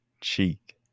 cheek